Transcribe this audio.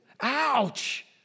Ouch